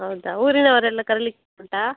ಹೌದಾ ಊರಿನವರೆಲ್ಲ ಕರೀಲಿಕ್ಕೆ ಉಂಟಾ